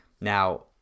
Now